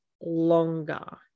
longer